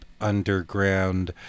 Underground